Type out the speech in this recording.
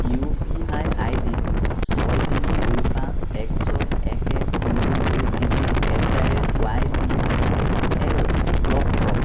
U P I I D ছয় তিনি দুই পাঁচ এক ছয় এক এক শূন্য দুই তিনি at the rate Y B L block কৰক